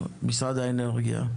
משרד האנרגיה?